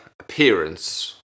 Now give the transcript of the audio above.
Appearance